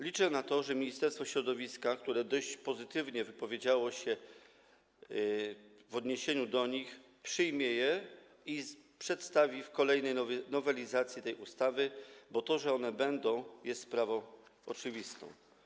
Liczę na to, że Ministerstwo Środowiska, które dość pozytywnie wypowiedziało się w odniesieniu do nich, przyjmie je i przedstawi w kolejnej nowelizacji tej ustawy, bo to, że ona będzie, jest sprawą oczywistą.